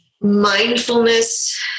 mindfulness